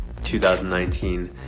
2019